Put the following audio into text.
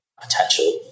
potential